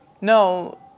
No